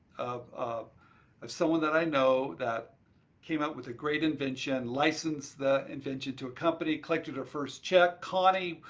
of of someone that i know that came up with a great invention, licensed the invention to a company, collected her first check. connie,